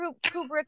Kubrick